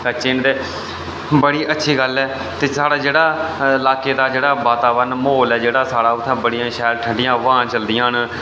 कच्चे न ते बड़ी अच्छी गल्ल ऐ ते साढ़ा जेह्ड़ा लाके दा जेह्ड़ा वातावर्ण ऐ म्हौल जेह्ड़ा साढ़ा इत्थै बड़ियां शैल ठंडियां ब्हामां चलदियां न